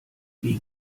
wie